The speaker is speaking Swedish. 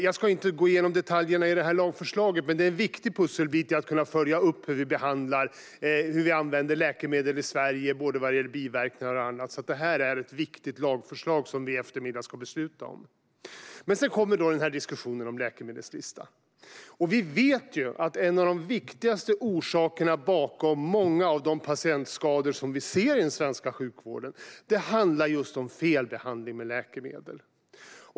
Jag ska inte gå igenom detaljerna i lagförslaget, men det är en viktig pusselbit att kunna följa upp hur vi använder läkemedel i Sverige i fråga om biverkningar och annat. Det är ett viktigt lagförslag som vi i eftermiddag ska besluta om. Sedan kommer diskussionen om läkemedelslista. Vi vet att en av de viktigaste orsakerna bakom många av de patientskador som vi ser i den svenska sjukvården handlar om felbehandling med läkemedel.